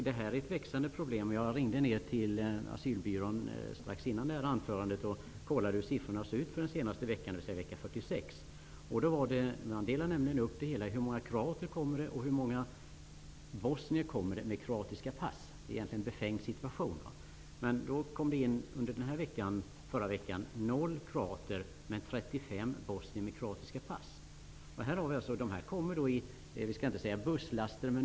Detta är ett växande problem. Strax innan jag skulle hålla detta anförande ringde jag till asylbyrån för att få reda på hur siffrorna såg ut för den senaste veckan, dvs. vecka 46. Det finns nämligen siffror på hur många kroater som kommer in och hur många bosnier med kroatiska pass som kommer in. Detta är egentligen en befängd situation. Under förra veckan kom det inte in några kroater, men det kom in 35 bosnier med kroatiska pass.